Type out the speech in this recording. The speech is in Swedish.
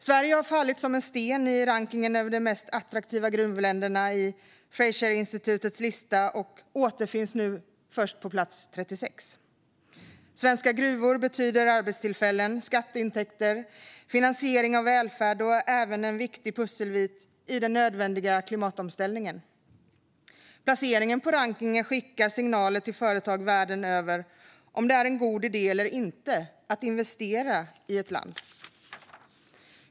Sverige har fallit som en sten i Fraser Institutes rankning över de mest attraktiva gruvländerna och återfinns nu först på plats 36. Svenska gruvor betyder arbetstillfällen, skatteintäkter och finansiering av välfärd och är även en viktig pusselbit i den nödvändiga klimatomställningen. Placeringen på rankningen skickar signaler till företag världen över om huruvida det är en god idé eller inte att investera i ett land.